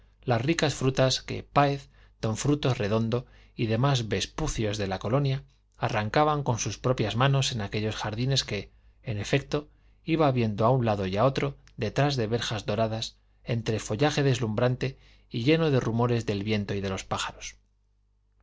las ricas frutas que páez don frutos redondo y demás vespucios de la colonia arrancaban con sus propias manos en aquellos jardines que en efecto iba viendo a un lado y a otro detrás de verjas doradas entre follaje deslumbrante y lleno de rumores del viento y de los pájaros